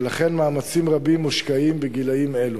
ולכן מאמצים רבים מושקעים בגילאים אלו.